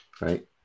Right